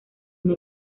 una